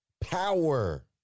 power